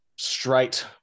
straight